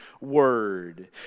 word